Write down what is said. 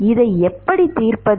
இதை எப்படி தீர்ப்பது